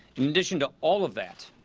in addition to all of that,